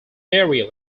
area